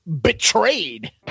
Betrayed